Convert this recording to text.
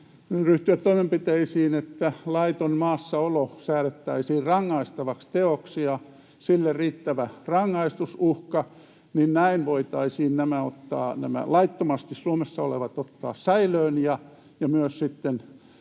ryhtyä toimenpiteisiin, että laiton maassaolo säädettäisiin rangaistavaksi teoksi ja sille tulisi riittävä rangaistusuhka. Näin voitaisiin nämä laittomasti Suomessa olevat ottaa säilöön ja sitten